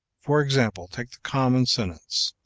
for example, take the common sentence,